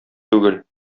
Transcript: түгел